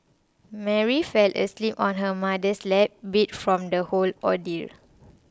Mary fell asleep on her mother's lap beat from the whole ordeal